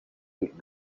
that